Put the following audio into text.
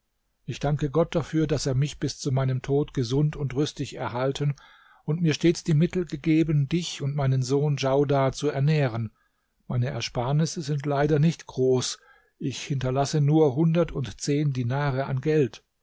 ich danke gott dafür daß er mich bis zu meinem tod gesund und rüstig erhalten und mir stets die mittel gegeben dich und meinen sohn djaudar zu ernähren meine ersparnisse sind leider nicht groß ich hinterlasse nur hundertundzehn dinare an geld